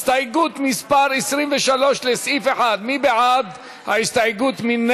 הסתייגות מס' 23 לסעיף 1, מי בעד ההסתייגות?